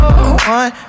one